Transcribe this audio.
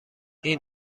این